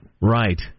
Right